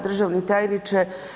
Državni tajniče.